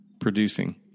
producing